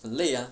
很累啊